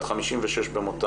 בת 56 במותה,